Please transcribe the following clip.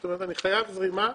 זאת אומרת, אני חייב זרימה.